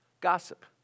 Gossip